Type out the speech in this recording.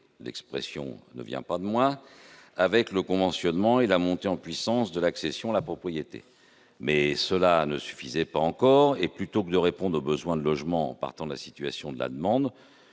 l'expression n'est pas de moi -, avec le conventionnement et la montée en puissance de l'accession à la propriété. Mais cela ne suffisait pas encore et, plutôt que de répondre aux besoins de logements en partant de la situation de la demande,